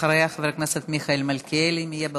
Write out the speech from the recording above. אחריה, חבר הכנסת מיכאל מלכיאלי, אם יהיה באולם.